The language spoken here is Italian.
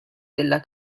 della